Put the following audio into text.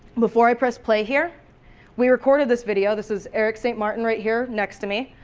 before i press play here we recorded this video, this is eric st. martin right here next to me,